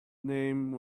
name